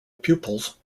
pupils